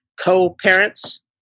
co-parents